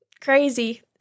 Crazy